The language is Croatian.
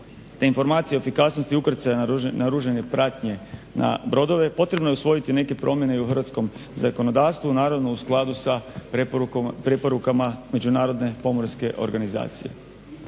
te informacije o efikasnosti ukrcaja naoružane pratnje na brodove. Potrebno je usvojiti neke promjene i u hrvatskom zakonodavstvu, naravno u skladu sa preporukama Međunarodne pomorske organizacije.